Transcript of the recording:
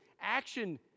Action